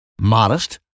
modest